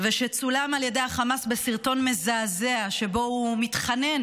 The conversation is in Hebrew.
צולם על ידי החמאס בסרטון מזעזע שבו הוא מתחנן